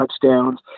touchdowns